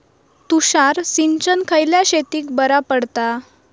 तुषार सिंचन खयल्या शेतीक बरा पडता?